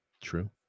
true